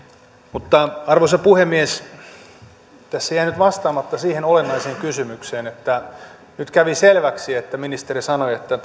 mutta arvoisa puhemies tässä jäi nyt vastaamatta siihen olennaiseen kysymykseen nyt kävi selväksi että ministeri sanoi että